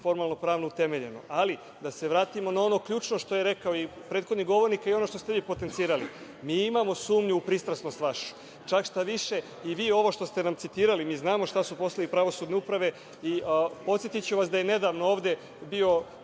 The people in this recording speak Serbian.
formalno pravno utemeljeno, ali da se vratimo na ono ključno što je rekao prethodni govornik i ono što ste vi potencirali. Mi imamo sumnju u pristrasnost vašu, čak šta više i vi ovo što ste licitirali. Mi znamo šta su poslovi pravosudne uprave i podsetiću vas da su ovde nedavno bili